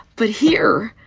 but here,